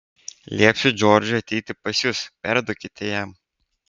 liepsiu džordžui ateiti pas jus perduokite jam